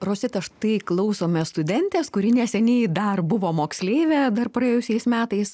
rosita štai klausome studentės kuri neseniai dar buvo moksleivė dar praėjusiais metais